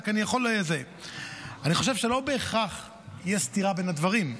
אני חושב שלא בהכרח יש סתירה בין הדברים.